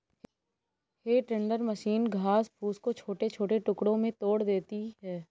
हे tender machine घास फूस को छोटे छोटे टुकड़ों में तोड़ देती है